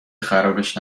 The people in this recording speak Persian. خرابش